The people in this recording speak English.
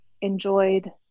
enjoyed